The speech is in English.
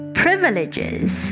privileges